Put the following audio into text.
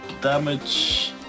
damage